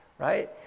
right